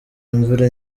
imvura